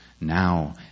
now